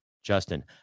justin